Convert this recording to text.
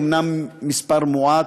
אומנם מספר מועט,